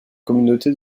communauté